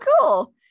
cool